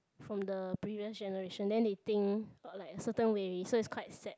from the previous generation then they think like certain way already so it's quite sad